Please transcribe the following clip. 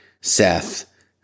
Seth